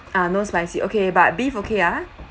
ah no spicy okay but beef okay ah